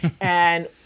And-